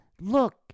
Look